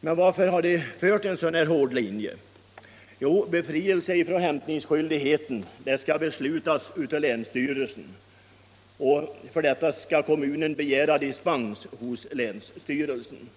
Men varför har de fört denna hårda linje? Jo, befrielse från hämtningsskyldighet skall beslutas av länsstyrelsen. Kommunen skall alltså begära dispens hos länsstyrelsen.